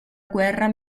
guerra